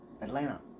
Atlanta